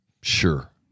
Sure